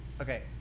okay